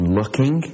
looking